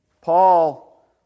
Paul